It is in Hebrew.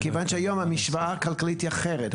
מכיוון שהיום המשוואה הכלכלית היא אחרת,